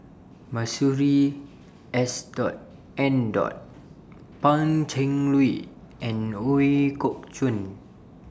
Masuri S Dot N Dot Pan Cheng Lui and Ooi Kok Chuen